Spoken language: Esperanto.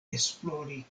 esplori